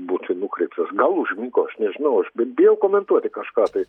būti nukreiptas gal užmigo aš nežinau aš bet bijau komentuoti kažką tai